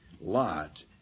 Lot